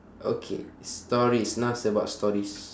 okay stories now it's about stories